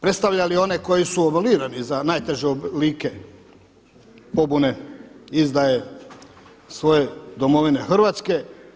Predstavljali one koji su … za najteže oblike pobune, izdaje svoje domovine Hrvatske.